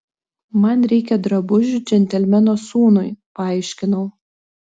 man reikia drabužių džentelmeno sūnui paaiškinau